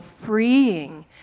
freeing